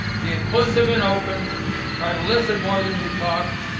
be inclusive and open try to listen more than you talk,